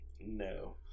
No